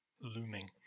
Looming